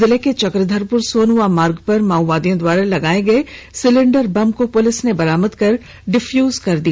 जिले के चक्रधरपुर सोनुआ मार्ग पर मार्ग पर माओवादियों द्वारा लगाए गए सिलेंडर बम को पुलिस में बरामद कर डिफ्यूज कर दिया